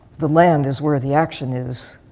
the land is where the action is.